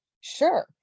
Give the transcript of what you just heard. sure